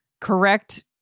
correct